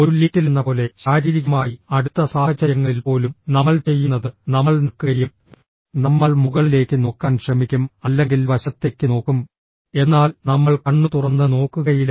ഒരു ലിഫ്റ്റിലെന്നപോലെ ശാരീരികമായി അടുത്ത സാഹചര്യങ്ങളിൽ പോലും നമ്മൾ ചെയ്യുന്നത് നമ്മൾ നിൽക്കുകയും നമ്മൾ മുകളിലേക്ക് നോക്കാൻ ശ്രമിക്കും അല്ലെങ്കിൽ വശത്തേക്ക് നോക്കും എന്നാൽ നമ്മൾ കണ്ണുതുറന്ന് നോക്കുകയില്ല